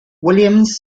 williams